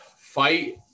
fight